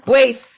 Wait